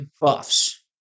buffs